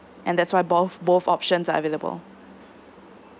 and that's why both both options are available